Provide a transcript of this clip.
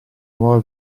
nuova